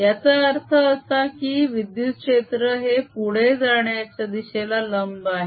याचा अर्थ असा की विद्युत क्षेत्र हे पुढे जाण्याच्या दिशेला लंब आहे